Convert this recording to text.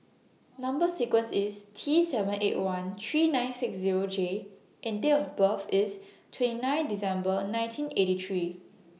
Number sequence IS T seven eight one three nine six Zero J and Date of birth IS twenty nine December nineteen eighty three